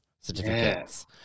certificates